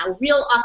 real